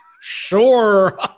Sure